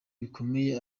bikomeye